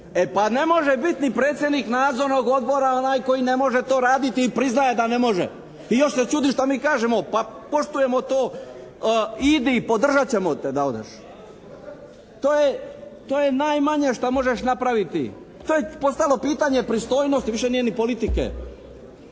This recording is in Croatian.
E pa ne može biti predsjednik nadzornog odbora onaj koji ne može to raditi i priznaje da ne može. I još se čudi šta mi kažemo pa poštujemo to, idi, podržat ćemo te da odeš. To je najmanje šta možeš napraviti. To je postalo pitanje pristojnosti, više nije ni politike.